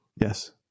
Yes